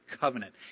covenant